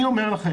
אני אומר לכם,